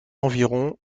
environs